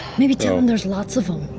maybe tell him there's lots of them.